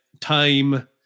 Time